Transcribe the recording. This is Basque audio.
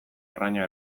arraina